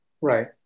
Right